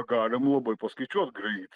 galim labai paskaičiuot greit